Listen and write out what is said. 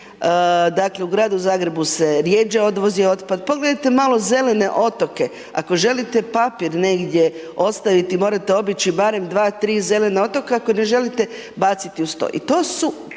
Dakle, u Gradu Zagrebu se rjeđe odvozi otpad. Pogledajte malo zelene otoke. Ako želite paori negdje ostaviti morate obići, barem 2-3 zelena otoka koji ne želite baciti uz to. I to su